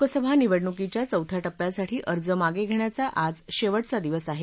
लोकसभा निवडणुकीच्या चौथ्या टप्यासाठी अर्ज मागे घेण्याचा आज शेवटचा दिवस आहे